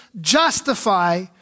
justify